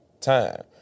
time